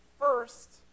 first